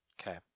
Okay